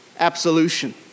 absolution